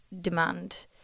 demand